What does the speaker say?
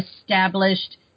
established